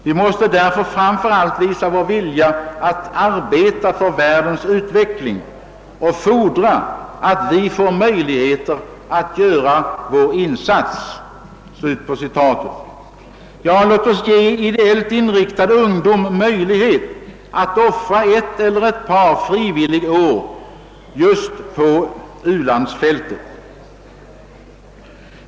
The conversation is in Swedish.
Vi måste framför allt visa vår vilja att arbeta för världens utveckling och fordra att vi får möjligheter att göra vår insats.> — Ja, låt oss då ge ideellt inriktad ungdom möjlighet att offra ett eller ett par frivilligår just på u-landsfältet.